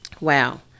Wow